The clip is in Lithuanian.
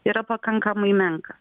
yra pakankamai menkas